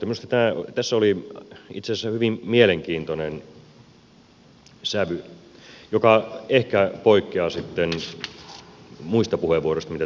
minusta tässä oli itse asiassa hyvin mielenkiintoinen sävy joka ehkä poikkeaa sitten muista puheenvuoroista mitä täällä on käytetty